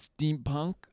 Steampunk